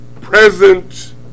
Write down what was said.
present